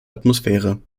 atmosphäre